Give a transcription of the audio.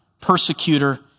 persecutor